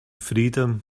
freedom